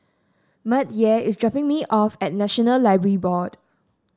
Mattye is dropping me off at National Library Board